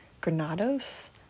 Granados